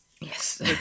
Yes